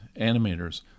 animators